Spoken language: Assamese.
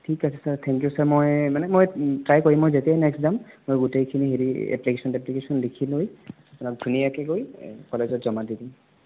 ঠিক আছে ছাৰ থেংক ইউ ছাৰ মই মানে মানে মই ট্ৰাই কৰিম মই যেতিয়াই নেক্সট যাম মই গোটেইখিনি হেৰি এপ্লিকেশ্যন চেপ্লিকেশ্যন লিখি লৈ ধুনীয়াকৈ গৈ কলেজত জমা দি দিম